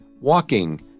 Walking